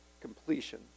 completion